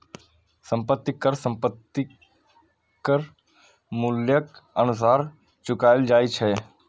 संपत्ति कर संपत्तिक मूल्यक अनुसार चुकाएल जाए छै